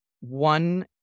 one